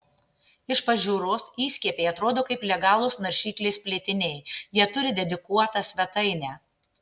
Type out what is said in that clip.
iš pažiūros įskiepiai atrodo kaip legalūs naršyklės plėtiniai jie turi dedikuotą svetainę